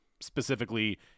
specifically